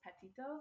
Petito